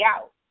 out